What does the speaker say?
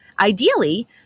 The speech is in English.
Ideally